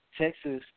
Texas